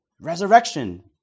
resurrection